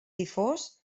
difós